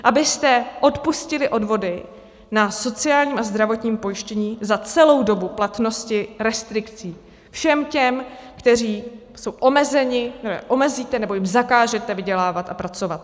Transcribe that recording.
Abyste odpustili odvody na sociálním a zdravotním pojištění za celou dobu platnosti restrikcí všem těm, kteří jsou omezeni, které omezíte nebo jim zakážete vydělávat a pracovat.